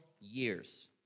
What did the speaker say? years